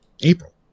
April